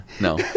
No